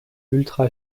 ultra